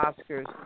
Oscar's